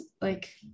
like-